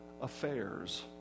Affairs